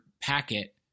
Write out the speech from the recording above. packet